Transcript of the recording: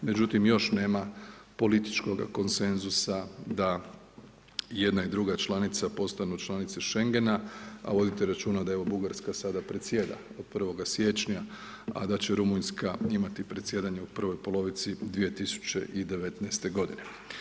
Međutim, još nema političkoga konsenzusa da jedna i druga članica postanu članice Schengena, a vodite računa da ovo Bugarska sada predsjeda od 1. siječnja, a da će Rumunjska imati predsjedanje u prvoj polovici 2019. godine.